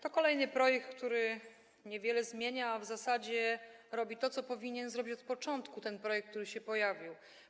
To jest kolejny projekt, który niewiele zmienia, a w zasadzie robi to, co powinien zrobić od początku ten projekt, który się pojawił.